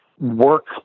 work